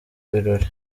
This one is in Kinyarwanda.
birori